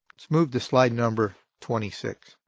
let's move to slide number twenty six.